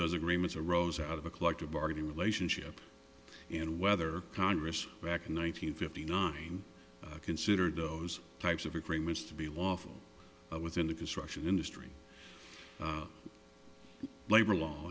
those agreements arose out of a collective bargaining relationship and whether congress back in one nine hundred fifty nine considered those types of agreements to be lawful within the construction industry labor law